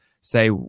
say